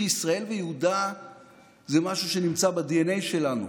כי ישראל ויהודה זה משהו שנמצא בדנ"א שלנו.